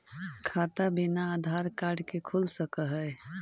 खाता बिना आधार कार्ड के खुल सक है?